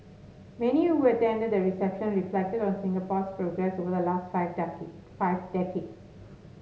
many who attended the reception reflected on Singapore's progress over the last five five decades